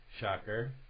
shocker